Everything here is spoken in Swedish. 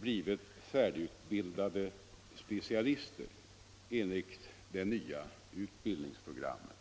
blivit färdigutbildade specialister enligt det nya utbildningsprogrammet.